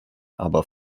aber